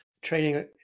training